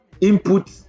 input